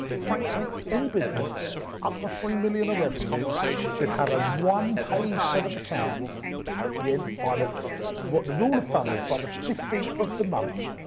frankly any business up to three million of revenue should have a one page set of accounts at the end, by the, the rule of thumb is by the fifteenth of the month,